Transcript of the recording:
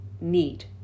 need